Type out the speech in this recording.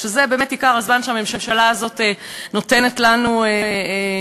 שזה באמת עיקר הזמן שהממשלה הזאת נותנת לנו מתנה,